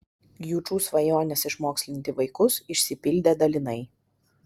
jučų svajonės išmokslinti vaikus išsipildė dalinai